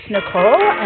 Nicole